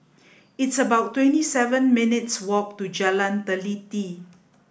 it's about twenty seven minutes' walk to Jalan Teliti